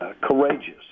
courageous